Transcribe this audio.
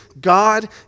God